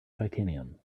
titanium